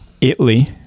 Italy